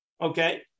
Okay